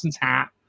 hat